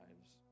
lives